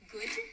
Good